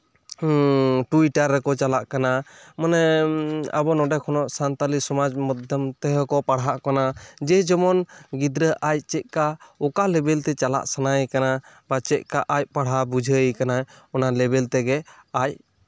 ᱦᱮᱸ ᱴᱩᱭᱴᱟᱨ ᱨᱮᱠᱚ ᱪᱟᱞᱟᱜ ᱠᱟᱱᱟ ᱢᱟᱱᱮ ᱟᱵᱚ ᱱᱚᱰᱮ ᱠᱷᱚᱱᱟᱜ ᱥᱟᱱᱛᱟᱞᱤ ᱥᱚᱢᱟᱡᱽ ᱢᱟᱫᱽᱫᱷᱚᱢ ᱛᱮᱦᱚᱸ ᱠᱚ ᱯᱟᱲᱦᱟᱜ ᱠᱟᱱᱟ ᱡᱮ ᱡᱮᱢᱚᱱ ᱜᱤᱫᱽᱨᱟᱹ ᱟᱡ ᱪᱮᱫ ᱞᱮᱠᱟ ᱚᱠᱟ ᱞᱮᱹᱵᱮᱹᱞ ᱛᱮ ᱪᱟᱞᱟᱜ ᱥᱟᱱᱟᱭᱮ ᱠᱟᱱᱟ ᱪᱮᱫ ᱞᱮᱠᱟ ᱟᱡ ᱯᱟᱲᱦᱟᱣ ᱵᱩᱡᱷᱟᱹᱣ ᱮ ᱠᱟᱱᱟ ᱚᱱᱟ ᱞᱮᱹᱵᱮᱹᱞ ᱛᱮᱜᱮ ᱟᱡ